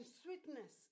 sweetness